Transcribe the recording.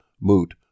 Moot